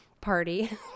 party